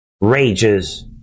rages